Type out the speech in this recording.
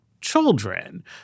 children